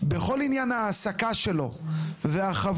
כל עניין ההעסקה שלו; החבות,